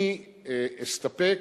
אני אסתפק,